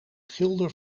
schilder